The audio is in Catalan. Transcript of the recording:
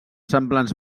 semblants